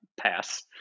pass